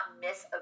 miss